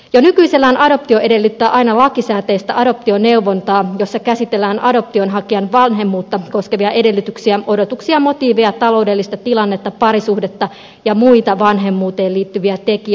jo nykyisellään adoptio edellyttää aina lakisääteistä adoptioneuvontaa jossa käsitellään adoptionhakijan vanhemmuutta koskevia edellytyksiä odotuksia motiiveja taloudellista tilannetta parisuhdetta ja muita vanhemmuuteen liittyviä tekijöitä